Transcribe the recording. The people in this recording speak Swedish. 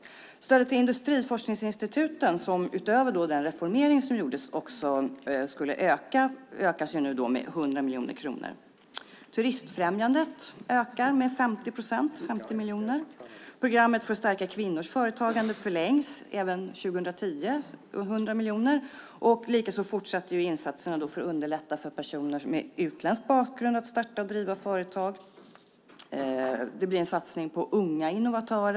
Stödet till industriforskningsinstituten, som utöver den reformering som gjordes skulle öka, ökas nu med 100 miljoner kronor. Stödet till Turistfrämjandet ökar med 50 procent till 50 miljoner. Programmet för att stärka kvinnors företagande förlängs till 2010, 100 miljoner. Likaså fortsätter insatserna för att underlätta för personer med utländsk bakgrund att starta och driva företag. Det blir en satsning på unga innovatörer.